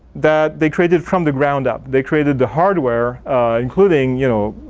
that they created from the ground up. they created the hardware including, you know,